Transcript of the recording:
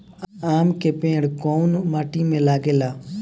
आम के पेड़ कोउन माटी में लागे ला?